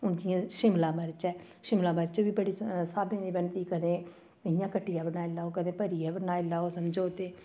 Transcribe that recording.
हून जि'यां शिमला मरच ऐ शिमला मरच बी बड़ी स्हाबै दी बनदी कदें इ'यां कट्टियै बनाई लेऔ कदें भरियै बनाई लेऔ समझो ते